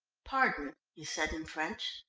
pardon, he said in french,